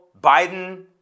Biden